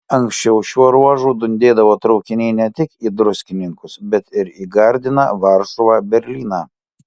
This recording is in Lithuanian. anksčiau šiuo ruožu dundėdavo traukiniai ne tik į druskininkus bet ir į gardiną varšuvą berlyną